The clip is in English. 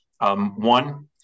One